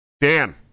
dan